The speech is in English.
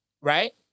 right